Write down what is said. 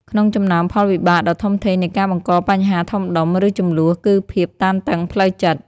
ក្នុងចំណោមផលវិបាកដ៏ធំធេងនៃការបង្កបញ្ហាធំដុំ ឬជម្លោះ គឺភាពតានតឹងផ្លូវចិត្ត។